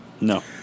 no